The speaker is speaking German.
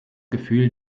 gefühl